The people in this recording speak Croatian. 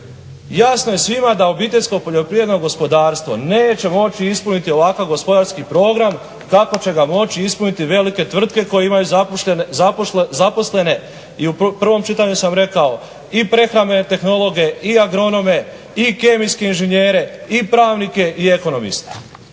Jasno je svima da obiteljska poljoprivredna gospodarstvo neće moći ispuniti ovakav gospodarski program kako će ga moći ispuniti velike tvrtke koje imaju zaposlene i u prvom čitanju sam rekao i prehrambene tehnologe i agronome i kemijske inženjere i pravnike i ekonomiste.